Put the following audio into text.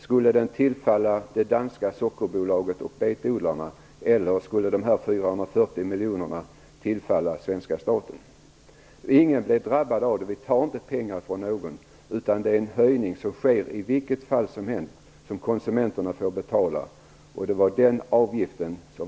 Skulle den tillfalla det danska sockerbolaget och betodlarna, eller skulle de 440 miljonerna tillfalla svenska staten? Ingen blev drabbad av detta. Vi tar inte pengar från någon, utan den höjning som konsumenterna får betala sker i vilket fall som helst.